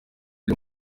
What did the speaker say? uwo